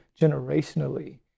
generationally